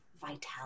vitality